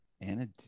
Anna